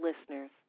listeners